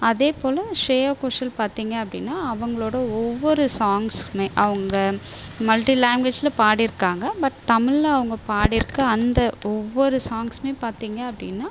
அதே போல் ஸ்ரேயா கோஷல் பார்த்திங்க அப்படின்னா அவங்களோட ஒவ்வொரு சாங்ஸ்மே அவங்க மல்டி லாங்க்வேஜில் பாடி இருக்காங்க பட் தமிழில் அவங்க பாடி இருக்கிற அந்த ஒவ்வொரு சாங்ஸ்மே பார்த்திங்க அப்படின்னா